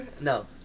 no